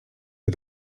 się